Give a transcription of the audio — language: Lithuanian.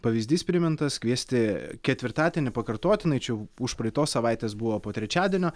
pavyzdys primintas kviesti ketvirtadienį pakartotinai čia užpraeitos savaitės buvo po trečiadienio